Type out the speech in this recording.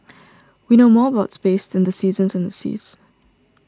we know more about space than the seasons and the seas